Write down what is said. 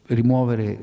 rimuovere